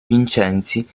vincenzi